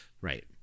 right